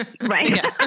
Right